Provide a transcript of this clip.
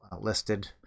listed